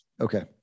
Okay